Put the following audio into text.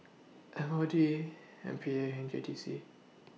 M O D M P A and J T C